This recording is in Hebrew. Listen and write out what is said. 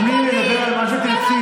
גברתי, גברתי, רק דוגמניות?